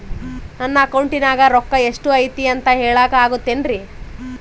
ನನ್ನ ಅಕೌಂಟಿನ್ಯಾಗ ರೊಕ್ಕ ಎಷ್ಟು ಐತಿ ಅಂತ ಹೇಳಕ ಆಗುತ್ತೆನ್ರಿ?